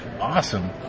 awesome